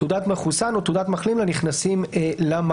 תעודת מחוסן או תעודת מחלים לנכנסים למקום."